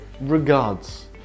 regards